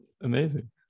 Amazing